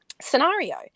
scenario